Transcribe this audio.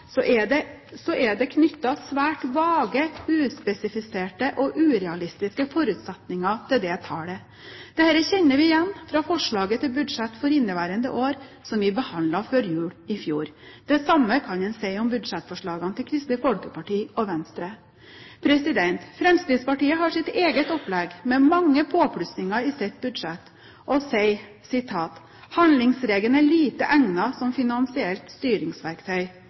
er det knyttet svært vage, uspesifiserte og urealistiske forutsetninger til det tallet. Dette kjenner vi igjen fra forslaget til budsjett for inneværende år som vi behandlet før jul i fjor. Det samme kan man si om budsjettforslagene til Kristelig Folkeparti og Venstre. Fremskrittspartiet har sitt eget opplegg med mange påplussinger i sitt budsjett og sier at handlingsregelen er «lite egnet som finansielt styringsverktøy».